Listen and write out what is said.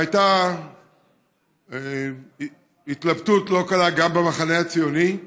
והייתה התלבטות לא קלה, גם במחנה הציוני.